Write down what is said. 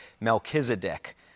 Melchizedek